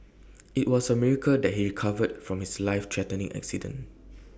IT was A miracle that he recovered from his life threatening accident